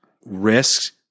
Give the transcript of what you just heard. risks